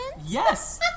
Yes